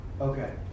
Okay